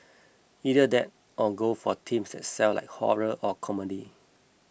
either that or go for themes that sell like horror or comedy